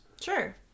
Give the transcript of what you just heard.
Sure